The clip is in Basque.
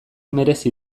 merezi